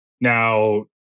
now